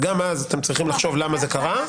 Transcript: וגם אז אתם צריכים לחשוב למה זה קרה.